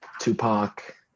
Tupac